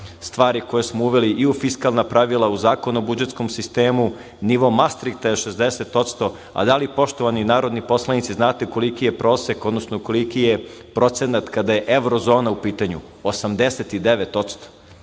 stvari koje smo uveli i uz fiskalna pravila, u Zakon o budžetskom sistemu, nivo mastrikta je 60%. A da li poštovani narodni poslanici znate koliki je prosek, odnosno koliki je procenat kada je evrozona u pitanju?